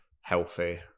healthy